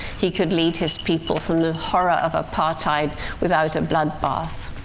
he could lead his people from the horror of apartheid without a bloodbath.